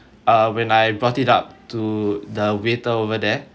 uh when I brought it up to the waiter over there